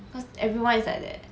cause everyone is like that